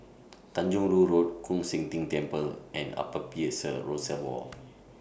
Tanjong Rhu Road Koon Seng Ting Temple and Upper Peirce Reservoir